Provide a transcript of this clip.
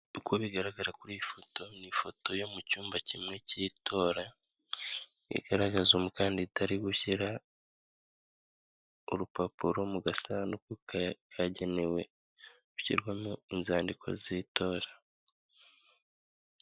Uko bigaragara kuri iyi foto, ni ifoto yo mu cyumba kimwe cy'itora, igaragaza umukandida ari gushyira urupapuro mu gasanduku kagenewe, gushyirwamo inzandiko z'itora.